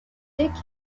dick